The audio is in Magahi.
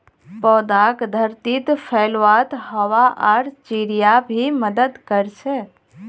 पौधाक धरतीत फैलवात हवा आर चिड़िया भी मदद कर छे